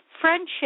friendship